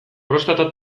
prostata